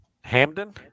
Hamden